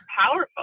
powerful